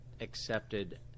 accepted